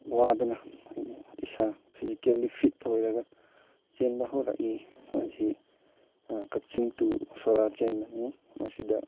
ꯋꯥꯗꯅ ꯍꯥꯏꯗꯤ ꯏꯁꯥ ꯐꯤꯖꯤꯀꯦꯜꯂꯤ ꯐꯤꯠ ꯑꯣꯏꯔꯒ ꯆꯦꯟꯕ ꯍꯧꯔꯛꯏ ꯃꯁꯤ ꯀꯛꯆꯤꯡ ꯇꯨ ꯁꯣꯔꯥ ꯆꯦꯟꯕꯅꯤ ꯃꯁꯤꯗ